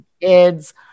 kids